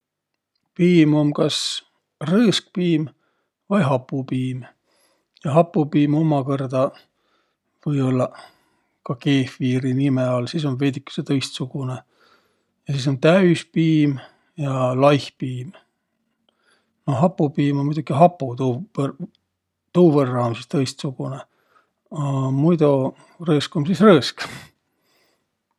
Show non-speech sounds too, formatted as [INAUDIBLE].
Piim um kas rõõsk piim vai hapupiim. Hapupiim ummakõrda või ollaq ka keefiiri nime all, sis um veidükese tõistsugunõ. Ja sis um täüspiim ja laih piim. A hapupiim um muidoki hapu, tuu põr-, tuuvõrra um sis tõistsugunõ. A muido, rõõsk um sis rõõsk. [LAUGHS]